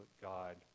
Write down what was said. God